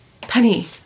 Penny